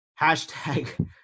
hashtag